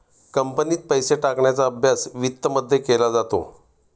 कंपनीत पैसे टाकण्याचा अभ्यास वित्तमध्ये केला जातो